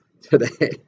today